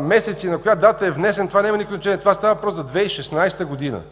месец и на коя дата е внесен, това няма никакво значение – става въпрос за 2016 г.